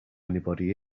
anybody